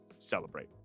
Celebrate